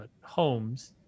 homes